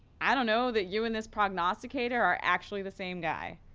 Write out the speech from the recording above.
i don't know, that you and this prognosticator are actually the same guy.